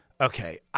Okay